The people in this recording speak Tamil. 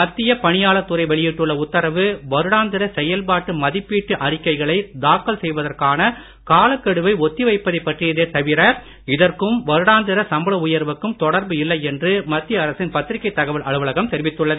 மத்திய பணியாளர் துறை வெளியிட்டுள்ள உத்தரவு வருடாந்திர செயல்பாட்டு மதிப்பிடுட்டு அறிக்கைகளை தாக்கல் செய்வதற்கான காலக்கெடுவை ஒத்திவைப்பதைப் பற்றியதே தவிர இதற்கும் வருடாந்திர சம்பள உயர்வுக்கும் தொடர்பு இல்லை என்று மத்திய அரசின் பத்திரிகைத் தகவல் அலுவலகம் தெரிவித்துள்ளது